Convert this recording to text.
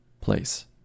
place